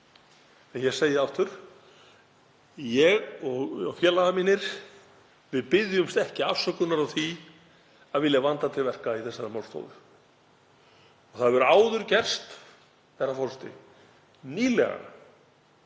En ég segi aftur: Ég og félagar mínir, við biðjumst ekki afsökunar á því að vilja vanda til verka í þessari málstofu. Það hefur áður gerst, herra forseti, nýlega,